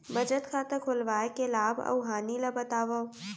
बचत खाता खोलवाय के लाभ अऊ हानि ला बतावव?